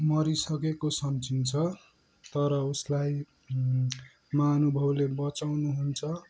मरिसकेको सम्झिन्छ तर उसलाई महानुभवले बचाउनु हुन्छ